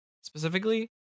specifically